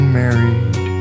married